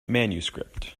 manuscript